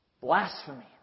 blasphemy